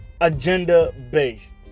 agenda-based